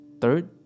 Third